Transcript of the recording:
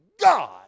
God